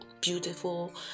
beautiful